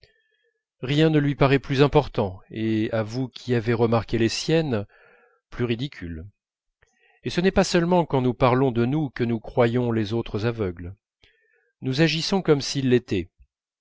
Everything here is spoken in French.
rien ne lui apparaît plus important et à vous qui avez remarqué les siennes plus ridicule et ce n'est pas seulement quand nous parlons de nous que nous croyons les autres aveugles nous agissons comme s'ils l'étaient